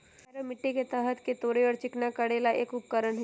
harrow मिट्टी के सतह के तोड़े और चिकना करे ला एक उपकरण हई